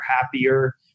happier